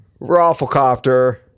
Rafflecopter